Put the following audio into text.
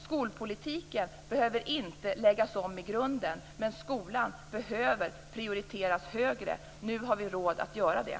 Skolpolitiken behöver inte läggas om i grunden, men skolan behöver prioriteras högre. Nu har vi råd att göra det.